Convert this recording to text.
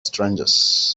strangers